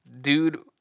dude